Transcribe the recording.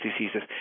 diseases